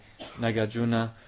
Nagarjuna